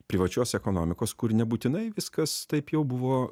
privačios ekonomikos kur nebūtinai viskas taip jau buvo